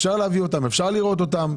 אפשר להביא אותן, אפשר לראות אותן.